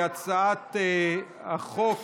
ההצעה להעביר את הצעת חוק